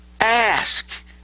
ask